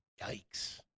Yikes